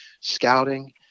scouting